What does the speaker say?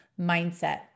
mindset